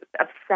obsessed